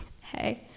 Hey